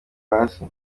hasi